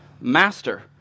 Master